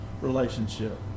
relationship